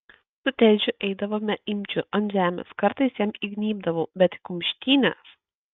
su tedžiu eidavome imčių ant žemės kartais jam įgnybdavau bet kumštynės